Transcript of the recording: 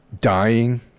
dying